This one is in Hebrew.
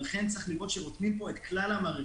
לכן צריך לראות שרותמים פה את כלל המערכת.